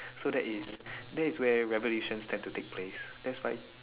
so that is that is where revolution tend to take place that's why